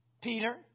Peter